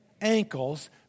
ankles